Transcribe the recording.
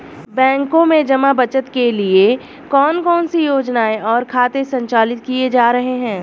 बैंकों में जमा बचत के लिए कौन कौन सी योजनाएं और खाते संचालित किए जा रहे हैं?